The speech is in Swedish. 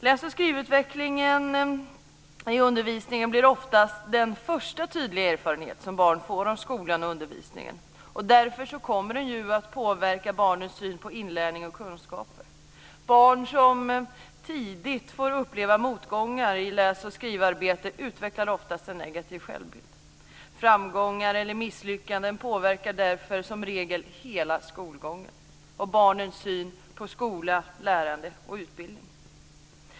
Läs och skrivutvecklingen i undervisningen blir oftast den första tydliga erfarenhet som barnet får av skolan och undervisningen, och därför kommer den att påverka barnets syn på inlärning och kunskaper. Barn som tidigt får uppleva motgångar i läs och skrivarbetet utvecklar oftast en negativ självbild. Framgångar eller misslyckanden påverkar därför som regel hela skolgången och barnets syn på skola, lärande och utbildning.